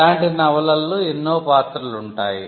ఇలాంటి నవలల్లో ఎన్నో పాత్రలు ఉంటాయి